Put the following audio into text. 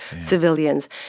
civilians